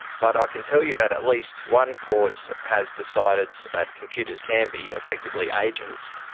but i can tell you that at least one court has decided that computers can be effectively agents,